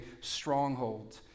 stronghold